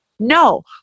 No